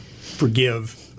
forgive